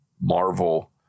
Marvel